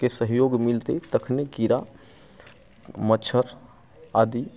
के सहयोग मिलतै तखने कीड़ा मच्छर आदि